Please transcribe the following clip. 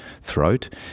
throat